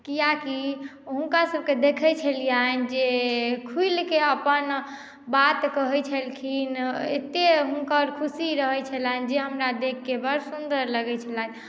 कियाकि हुनकासभकेँ देखैत छलियनि जे खुलि कऽ अपन बात कहैत छलखिन एतेक हुनका खुशी रहैत छलनि जे हमरा देखि कऽ बड़ सुन्दर लगैत छले